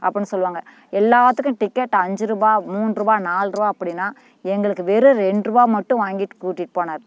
அப்பிடின்னு சொல்வாங்க எல்லோத்துக்கும் டிக்கெட் அஞ்சு ரூபா மூணு ரூவா நால்ரூவா அப்படின்னா எங்களுக்கு வெறும் ரெண்டுருவா மட்டும் வாங்கிட்டு கூட்டிட்டு போனார்